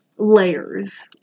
layers